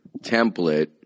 template